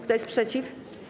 Kto jest przeciw?